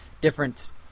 different